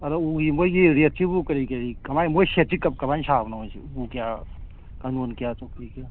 ꯑꯗꯣ ꯎꯒꯤ ꯃꯣꯏꯒꯤ ꯔꯦꯠꯁꯤꯕꯨ ꯀꯔꯤ ꯀꯔꯤ ꯀꯃꯥꯏꯅ ꯃꯣꯏ ꯁꯦꯠꯇꯤ ꯀꯃꯥꯏꯅ ꯁꯥꯕꯅꯣ ꯁꯤ ꯎꯄꯨ ꯀꯌꯥ ꯀꯥꯡꯊꯣꯟ ꯀꯌꯥ ꯆꯧꯀ꯭ꯔꯤ ꯀꯌꯥ